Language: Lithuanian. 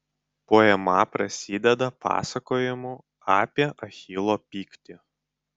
poema prasideda pasakojimu apie achilo pyktį